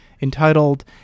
entitled